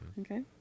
Okay